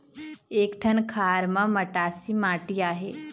एक ठन खार म मटासी माटी आहे?